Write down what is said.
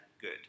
good